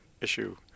issue